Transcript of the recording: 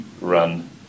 run